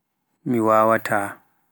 mi wawaataa.